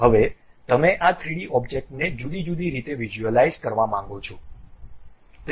હવે તમે આ 3D ઑબ્જેક્ટને જુદી જુદી રીતે વિઝ્યુઅલાઈઝ કરવા માગો છો